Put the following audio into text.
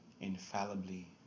infallibly